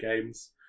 games